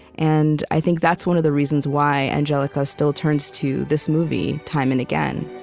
and i think that's one of the reasons why angelica still turns to this movie time and again